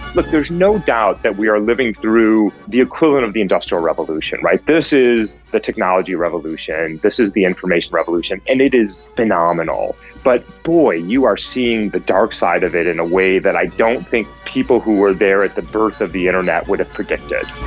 look, there's no doubt that we are living through the equivalent of the industrial revolution. this is the technology revolution, this is the information revolution, and it is phenomenal. but boy, you are seeing the dark side of it in a way that i don't think people who were there at the birth of the internet would have predicted.